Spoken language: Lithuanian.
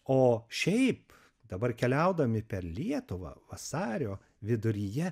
o šiaip dabar keliaudami per lietuvą vasario viduryje